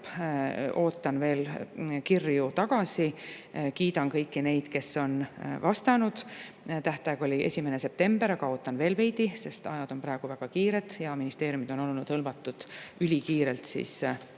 Ootan veel kirju vastu. Kiidan kõiki neid, kes on vastanud. Tähtaeg oli 1. september, aga ootan veel veidi, sest ajad on praegu väga kiired ja ministeeriumid on olnud [hõivatud] ülikiirelt eelarvekärbete